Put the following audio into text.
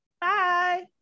Bye